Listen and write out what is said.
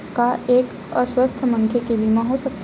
का एक अस्वस्थ मनखे के बीमा हो सकथे?